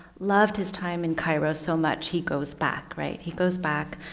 loved his time in cairo so much, he goes back, right, he goes back.